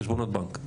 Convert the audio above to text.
חשבונות בנק.